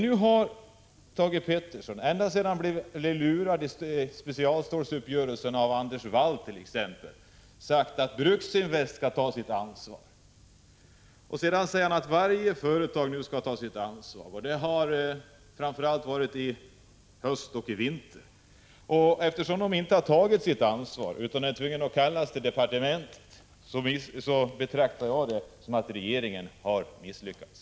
Thage Peterson har, ända sedan han blev lurad av Anders Wall i specialstålsuppgörelsen, sagt att Bruksinvest skall ta sitt ansvar, att varje företag skall ta sitt ansvar, framför allt i höstas och i vintras. Eftersom de inte har tagit sitt ansvar utan är tvungna att kallas till departementet betraktar jag det så att regeringen har misslyckats.